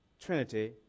Trinity